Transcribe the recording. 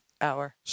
hour